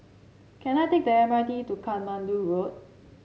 can I take the M R T to Katmandu Road